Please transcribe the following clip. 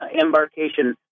embarkation